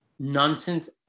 nonsense